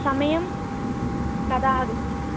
समयं कदा आगच्छति